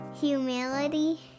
humility